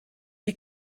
die